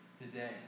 today